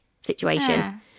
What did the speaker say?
situation